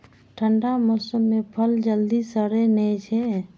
ठंढा मौसम मे फल जल्दी सड़ै नै छै